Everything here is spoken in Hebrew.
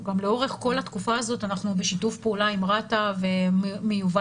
גם לאורך כל התקופה הזאת אנחנו בשיתוף פעולה עם רשות התעופה ומובא